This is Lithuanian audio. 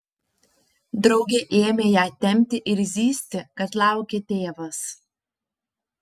draugė ėmė ją tempti ir zyzti kad laukia tėvas